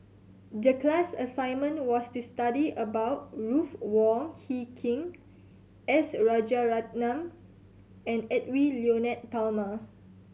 the class assignment was to study about Ruth Wong Hie King S Rajaratnam and Edwy Lyonet Talma